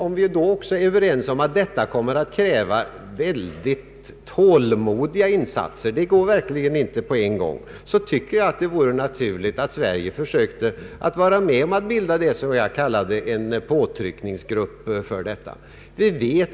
Om vi i dag också är överens om att detta kräver mycket tålmodiga insatser — det går verkligen inte på en gång — vore det naturligt att Sverige försökte vara med om att bilda det som jag kallade en påtryckningsgrupp för detta syfte.